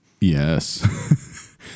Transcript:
Yes